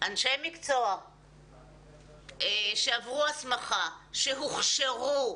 אנשי מקצוע שעברו הסמכה, שהוכשרו.